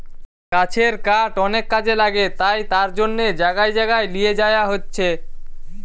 গাছের কাঠ অনেক কাজে লাগে তাই তার জন্যে জাগায় জাগায় লিয়ে যায়া হচ্ছে